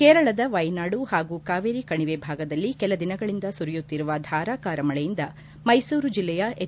ಕೇರಳದ ವೈನಾಡು ಹಾಗೂ ಕಾವೇರಿ ಕಣಿವೆ ಭಾಗದಲ್ಲಿ ಕೆಲದಿನಗಳಿಂದ ಸುರಿಯುತ್ತಿರುವ ಧಾರಾಕಾರ ಮಳೆಯಿಂದ ಮೈಸೂರು ಜಿಲ್ಲೆಯ ಹೆಚ್